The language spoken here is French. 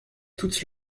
toute